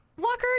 Walker